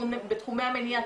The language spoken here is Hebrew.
בתחומי המניעה.